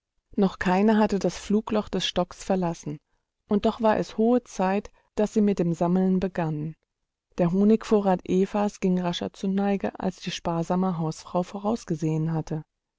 noch keine hatte das flugloch des stocks verlassen und doch war es hohe zeit daß sie mit dem sammeln begannen der honigvorrat evas ging rascher zur neige als die sparsame hausfrau vorausgesehen hatte